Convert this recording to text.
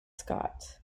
scott